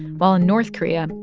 while in north korea,